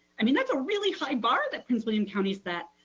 i mean, that's a really high bar that prince william county set.